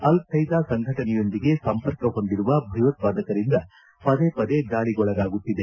ಅಲ್ ಖೈದಾ ಸಂಘಟನೆಯೊಂದಿಗೆ ಸಂಪರ್ಕ ಹೊಂದಿರುವ ಭಯೋತ್ವಾದಕರಿಂದ ಪದೇ ಪದೇ ದಾಳಗೊಳಗಾಗುತ್ತಿದೆ